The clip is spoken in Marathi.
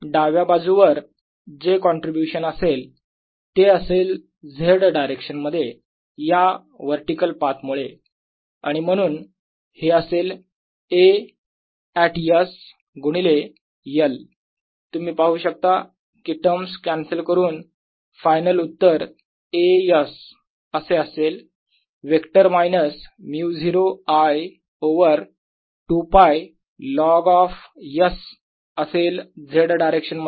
डाव्या बाजूवर जे कॉन्ट्रीब्युशन असेल ते असेल z डायरेक्शन मध्ये या वर्टीकल पाथ मुळे आणि म्हणून हे असेल A ऍट s गुणिले l तुम्ही पाहू शकता की टर्म्स कॅन्सल करून फायनल उत्तर A s असे असेल vector minus μ0 I over 2 π log of s असेल z डायरेक्शन मध्ये